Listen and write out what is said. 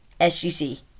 SGC